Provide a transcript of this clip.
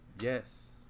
Yes